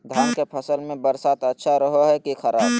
धान के फसल में बरसात अच्छा रहो है कि खराब?